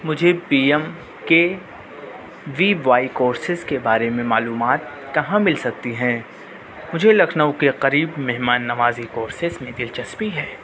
مجھے P M K V Y courses کے بارے میں معلومات کہاں مل سکتی ہیں مجھے لکھنؤ کے قریب مہمان نوازی کورسز میں دلچسپی ہے